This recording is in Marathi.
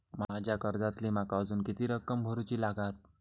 माझ्या कर्जातली माका अजून किती रक्कम भरुची लागात?